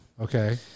Okay